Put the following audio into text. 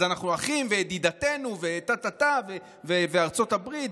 אז "אנחנו אחים" ו"ידידתנו" וטה-טה-טה וארצות הברית,